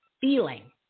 feeling